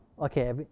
Okay